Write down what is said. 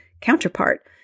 counterpart